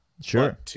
Sure